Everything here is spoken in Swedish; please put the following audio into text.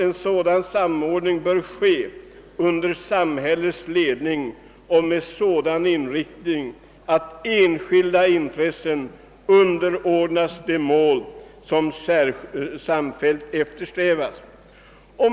En sådan samordning bör ske under samhällets ledning och med en sådan inriktning att enskilda intressen underordnas de mål som samfällt eftersträvas.